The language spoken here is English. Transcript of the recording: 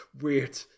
weird